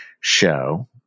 show